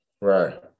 Right